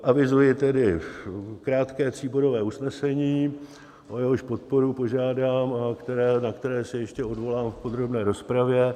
Avizuji tedy krátké tříbodové usnesení, o jehož podporu požádám a na které se ještě odvolám v podrobné rozpravě.